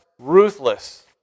ruthless